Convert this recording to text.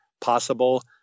possible